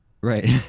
Right